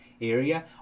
area